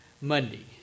Monday